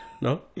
No